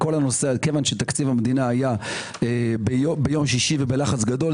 כיון שתקציב המדינה היה ביום שישי ובלחץ גדול,